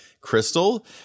crystal